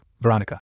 Veronica